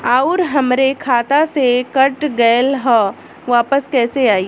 आऊर हमरे खाते से कट गैल ह वापस कैसे आई?